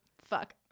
fuck